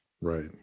Right